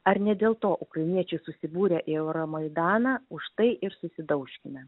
ar ne dėl to ukrainiečiai susibūrė į euromaidaną už tai ir susidaužkime